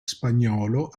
spagnolo